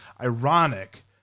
ironic